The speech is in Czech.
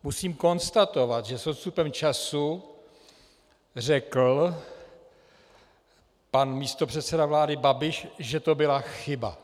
Musím konstatovat, že s odstupem času řekl pan místopředseda vlády Babiš, že to byla chyba.